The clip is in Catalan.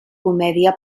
comèdia